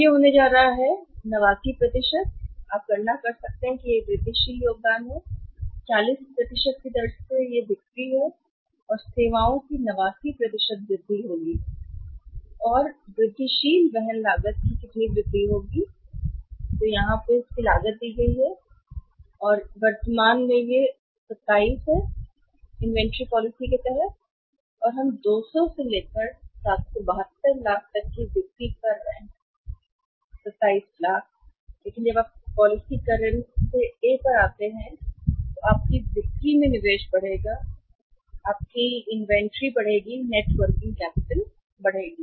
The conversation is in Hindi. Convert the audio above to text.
यह होने जा रहा है कि यह 89 होने जा रहा है आप गणना कर सकते हैं कि यह वृद्धिशील योगदान है 40 की दर से यह बिक्री और सेवाओं की 89 वृद्धि होगी और कितनी होगी वृद्धिशील वहन लागत वहन करने की लागत यहाँ दी गई है इसलिए यह 27 है जब हम वर्तमान कर रहे हैं इन्वेंट्री पॉलिसी और हम 200 से लेकर 772 लाख तक की बिक्री कर रहे हैं 27 लाख लेकिन जब आप पॉलिसी करंट से A पर जाते हैं तो आपकी बिक्री में निवेश बढ़ेगा इन्वेंट्री बढ़ेगी नेट वर्किंग कैपिटल बढ़ेगी